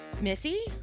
Missy